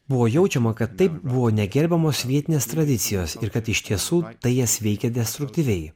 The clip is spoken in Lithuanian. buvo jaučiama kad taip buvo negerbiamos vietinės tradicijos ir kad iš tiesų tai jas veikė destruktyviai